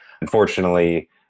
Unfortunately